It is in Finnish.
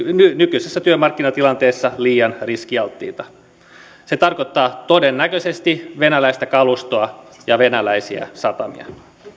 nykyisessä työmarkkinatilanteessa liian riskialttiita se tarkoittaa todennäköisesti venäläistä kalustoa ja venäläisiä satamia